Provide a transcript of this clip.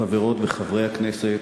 חברות וחברי הכנסת,